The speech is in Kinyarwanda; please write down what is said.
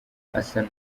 asa